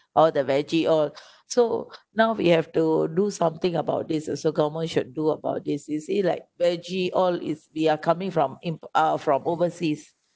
all the veggie all so now we have to do something about this also government should do about this you see like veggie all is they are coming from im~ uh from overseas